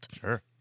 Sure